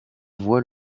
voit